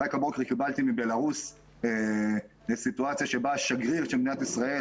רק הבוקר קיבלתי מבלרוס סיטואציה שבה השגריר של מדינת ישראל,